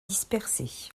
dispersées